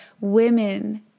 women